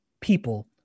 people